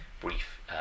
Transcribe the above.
brief